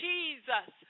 Jesus